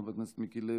חבר הכנסת מיקי לוי,